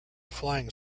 flying